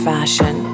Fashion